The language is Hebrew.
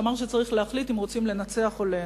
שאמר שצריך להחליט אם רוצים לנצח או ליהנות.